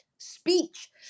speech